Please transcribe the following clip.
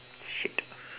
shit